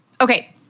Okay